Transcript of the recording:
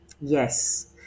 Yes